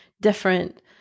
different